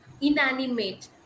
inanimate